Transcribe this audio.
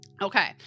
okay